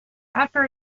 after